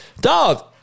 dog